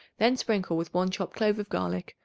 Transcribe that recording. then sprinkle with one chopped clove of garlic,